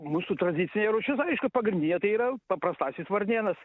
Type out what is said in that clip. mūsų tradicinė rūšis aišku pagrindinė tai yra paprastasis varnėnas